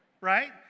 right